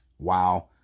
Wow